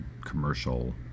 commercial